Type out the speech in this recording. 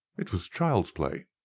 it was child's play.